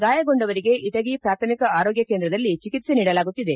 ಗಾಯಗೊಂಡವರಿಗೆ ಇಟಗಿ ಪ್ರಾಥಮಿಕ ಆರೋಗ್ಯ ಕೇಂದ್ರದಲ್ಲಿ ಚಿಕಿತ್ಸೆ ನೀಡಲಾಗುತ್ತಿದೆ